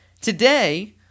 today